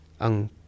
ang